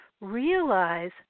realize